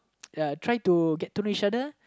ya try to get to know each another